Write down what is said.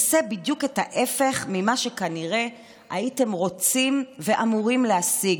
עושה בדיוק את ההפך ממה שכנראה הייתם רוצים ואמורים להשיג,